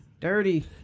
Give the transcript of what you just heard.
Dirty